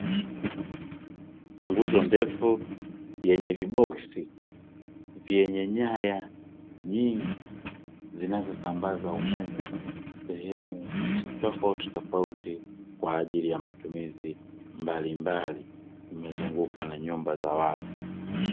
Nguzo ndefu yenye viboksi vyenye nyaya nyingi zinazo sambaza umeme sehemu tofautitofauti kwaajili ya matumizi mbalimbali limezungukwa na nyumba za watu.